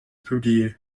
publiés